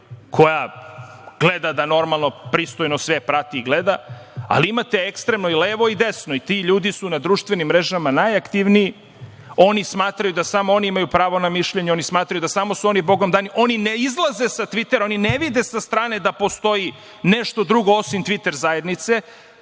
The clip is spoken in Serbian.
koja gleda da normalno, pristojno sve prati, gleda, ali imate ekstremno i levo i desno. Ti ljudi su na društvenim mrežama najaktivniji, oni smatraju da samo oni imaju pravo na mišljenje, oni smatraju da su samo oni Bogom dani, oni ne izlaze sa „tvitera“, ne vide sa strane da postoji nešto drugo, osim „tviter“ zajednice